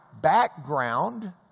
background